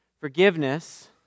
Forgiveness